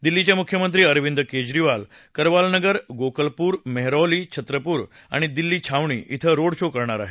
दिल्लीचे मुख्यमंत्री अरविंद केजरीवाल करवालनगर गोकलपूर मेहरौली छत्रपूर आणि दिल्ली छावणी इथं रोड शो करणार आहेत